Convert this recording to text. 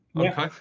Okay